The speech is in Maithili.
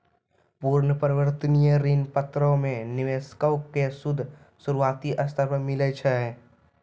पूर्ण परिवर्तनीय ऋण पत्रो मे निवेशको के सूद शुरुआती स्तर पे मिलै छै